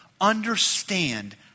understand